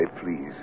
please